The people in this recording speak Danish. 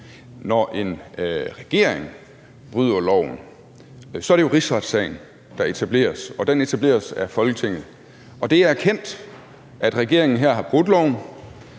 Når en regering bryder loven, er det rigsretssagen, der etableres, og den etableres af Folketinget. Det er erkendt, at regeringen her har brudt loven,